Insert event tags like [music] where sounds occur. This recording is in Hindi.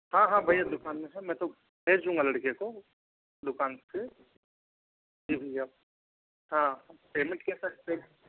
हाँ हाँ भैया दुकान में था मैं तो भेज दूंगा लड़के को दुकान से जी भैया हाँ पेमेंट कैसा [unintelligible]